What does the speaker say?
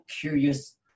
curious